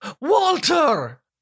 Walter